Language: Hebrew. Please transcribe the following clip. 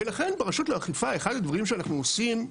לכן ברשות לאכיפה אחד הדברים שאנחנו עושים,